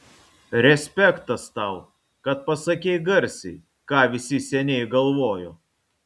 respektas tau kad pasakei garsiai ką visi seniai galvojo